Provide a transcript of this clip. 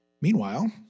Meanwhile